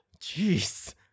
jeez